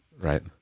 right